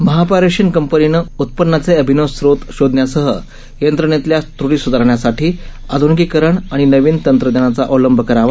महापारेषण कंपनीनं उत्पन्नाचे अभिनव स्रोत शोधण्यासह यंत्रणेतल्या त्रुटी सुधारण्यासाठी आध्निकीकरण आणि नवीन तंत्रज्ञानाचा अवलंब करावा